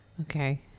Okay